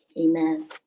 amen